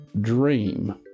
dream